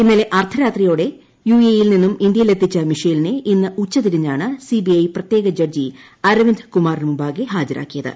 ഇന്നലെ അർദ്ധരാത്രിയോടെ U A യിൽ നിന്നും ഇന്ത്യയിലെത്തിച്ച മിഷേലിനെ ഇന്ന് ഉച്ചതിരിഞ്ഞാണ് സിബിഐ പ്രത്യേക ജഡ്ജി അരവിന്ദ് കുമാറിന് മുമ്പാകെ ഹാജരാക്കിയത്